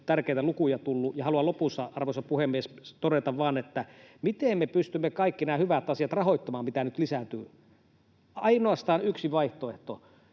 tärkeitä lukuja tullut, ja haluan lopussa, arvoisa puhemies, todeta vain sen, miten me pystymme rahoittamaan kaikki nämä hyvät asiat, mitä nyt tulee lisää. On ainoastaan yksi vaihtoehto: